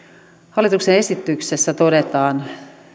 hallituksen esityksessä todetaan